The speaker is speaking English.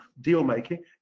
deal-making